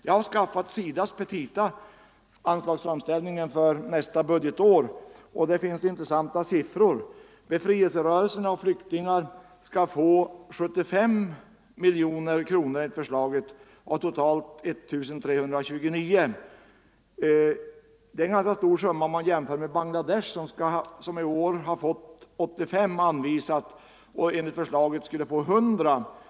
Jag har skaffat SIDA:s petitaframställning för nästa budgetår och där finns det intressanta siffror. Befrielserörelserna och flyktingar skall enligt förslaget få 75 miljoner kronor av totalt 1 329 miljoner kronor. Det är en ganska stor summa om man jämför med Bangladesh, som i år har fått 85 miljoner kronor anvisade och enligt förslaget skulle få 100 miljoner kronor.